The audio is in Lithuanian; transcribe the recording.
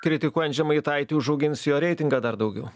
kritikuojant žemaitaitį užaugins jo reitingą dar daugiau